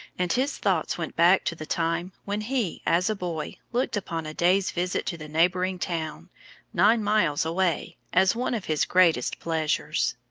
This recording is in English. and his thoughts went back to the time when he as a boy looked upon a day's visit to the neighboring town nine miles away as one of his greatest pleasures.